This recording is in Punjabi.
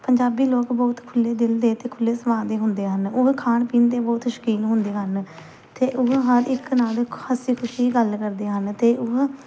ਪੰਜਾਬੀ ਲੋਕ ਬਹੁਤ ਖੁੱਲ੍ਹੇ ਦਿਲ ਦੇ ਅਤੇ ਖੁੱਲ੍ਹੇ ਸੁਭਾਅ ਦੇ ਹੁੰਦੇ ਹਨ ਉਹ ਖਾਣ ਪੀਣ ਦੇ ਬਹੁਤ ਸ਼ੌਕੀਨ ਹੁੰਦੇ ਹਨ ਅਤੇ ਉਹ ਹਰ ਇੱਕ ਨਾਲ ਇੱਕ ਨਾਲ ਹਾਸੀ ਖੁਸ਼ੀ ਗੱਲ ਕਰਦੇ ਹਨ ਅਤੇ ਉਹ